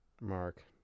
mark